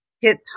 hit